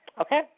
Okay